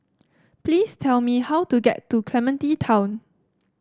please tell me how to get to Clementi Town